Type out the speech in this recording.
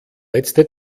letzte